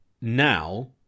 now